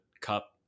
cup